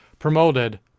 Promoted